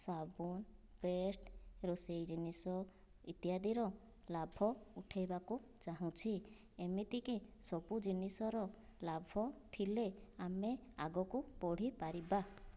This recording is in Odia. ସାବୁନ ପେଷ୍ଟ ରୋଷେଇ ଜିନିଷ ଇତ୍ୟାଦିର ଲାଭ ଉଠେଇବାକୁ ଚାହୁଁଛି ଏମିତିକି ସବୁ ଜିନିଷର ଲାଭ ଥିଲେ ଆମେ ଆଗକୁ ବଢ଼ିପାରିବା